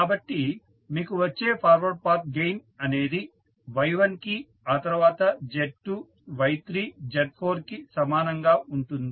కాబట్టి మీకు వచ్చే ఫార్వర్డ్ పాత్ గెయిన్ అనేది Y1 కి ఆ తర్వాత Z2 Y3 Z4 కి సమానంగా ఉంటుంది